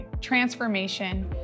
transformation